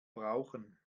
brauchen